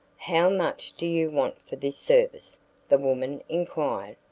how much do you want for this service? the woman inquired.